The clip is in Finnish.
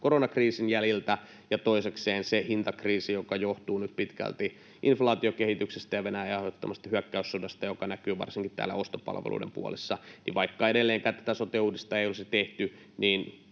koronakriisin jäljiltä. Ja toisekseen se hintakriisi, joka johtuu nyt pitkälti inflaatiokehityksestä ja Venäjän aiheuttamasta hyökkäyssodasta, joka näkyy varsinkin täällä ostopalveluiden puolessa: vaikka edelleenkään tätä sote-uudistusta ei olisi tehty,